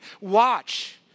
watch